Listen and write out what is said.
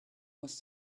was